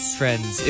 friends